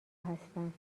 هستند